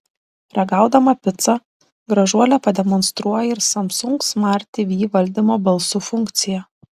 ragaudama picą gražuolė pademonstruoja ir samsung smart tv valdymo balsu funkciją